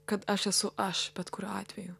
kad aš esu aš bet kuriuo atveju